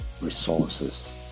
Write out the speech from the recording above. resources